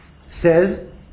says